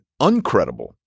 uncredible